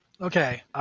Okay